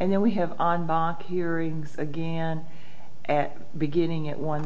and then we have on bach hearings again and beginning at one